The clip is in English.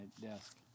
desk